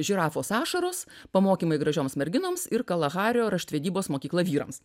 žirafos ašaros pamokymai gražioms merginoms ir kalahario raštvedybos mokykla vyrams